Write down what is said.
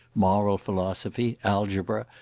moral philosophy, algebra,